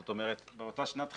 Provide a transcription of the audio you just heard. זאת אומרת, אותה שנת חיטה,